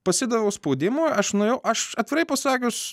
pasidaviau spaudimui aš nuėjau aš atvirai pasakius